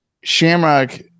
Shamrock